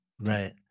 right